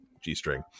G-string